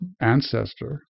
ancestor